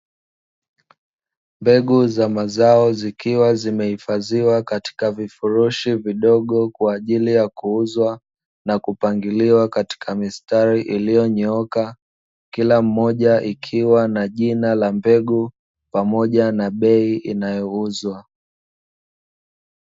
Mbegu za mazao zikiwa zimehifadhiwa katika vifurushi vidogo kwa ajili ya kuuzwa, na kupangwa katika mistari iliyonyooka, kila moja ikiwa na jina la mbegu pamoja na bei inayouzwa.